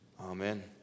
Amen